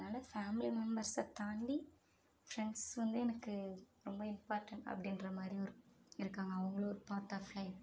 அதனால் ஃபேமிலி மெம்பெர்ஸை தாண்டி ஃப்ரெண்ட்ஸ் வந்து எனக்கு ரொம்ப இம்பார்டென்ட் அப்படின்ற மாதிரி ஒரு இருக்காங்க அவங்களும் ஒரு பார்ட் ஆப் லைஃப்